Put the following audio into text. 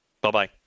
Bye-bye